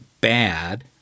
bad